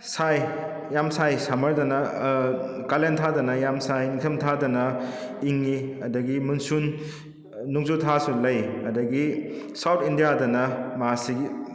ꯁꯥꯏ ꯌꯥꯝ ꯁꯥꯏ ꯁꯃꯔꯗꯅ ꯀꯥꯂꯦꯟ ꯊꯥꯗꯅ ꯌꯥꯝ ꯁꯥꯏ ꯏꯪꯊꯝ ꯊꯥꯗꯅ ꯏꯪꯉꯤ ꯑꯗꯒꯤ ꯃꯨꯟꯁꯨꯟ ꯅꯣꯡꯖꯨ ꯊꯥꯁꯨ ꯂꯩ ꯑꯗꯒꯤ ꯁꯥꯎꯠ ꯏꯟꯗꯤꯌꯥꯗꯅ ꯃꯥꯁꯤꯒꯤ